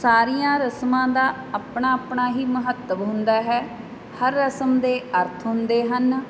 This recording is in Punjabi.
ਸਾਰੀਆਂ ਰਸਮਾਂ ਦਾ ਆਪਣਾ ਆਪਣਾ ਹੀ ਮਹੱਤਵ ਹੁੰਦਾ ਹੈ ਹਰ ਰਸਮ ਦੇ ਅਰਥ ਹੁੰਦੇ ਹਨ